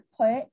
put